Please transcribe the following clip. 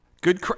Good